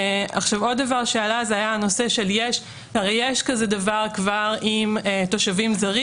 נושא נוסף שעלה הוא שהרי יש כזה דבר כבר עם תושבים זרים,